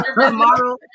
Tomorrow